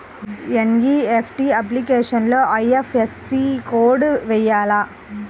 NEFT అప్లికేషన్లో IFSC code వేయాలా?